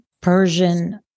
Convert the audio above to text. Persian